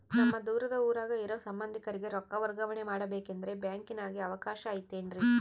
ನಮ್ಮ ದೂರದ ಊರಾಗ ಇರೋ ಸಂಬಂಧಿಕರಿಗೆ ರೊಕ್ಕ ವರ್ಗಾವಣೆ ಮಾಡಬೇಕೆಂದರೆ ಬ್ಯಾಂಕಿನಾಗೆ ಅವಕಾಶ ಐತೇನ್ರಿ?